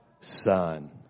son